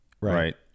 right